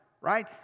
right